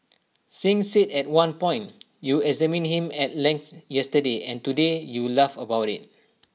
Singh said at one point you examined him at length yesterday and today you laugh about IT